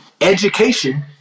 Education